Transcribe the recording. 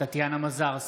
טטיאנה מזרסקי,